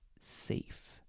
safe